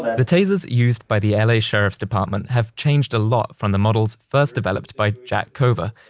but the tasers used by the la sheriff's department have changed a lot from the models first developed by jack cover.